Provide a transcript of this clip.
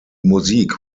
musik